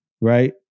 right